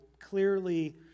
clearly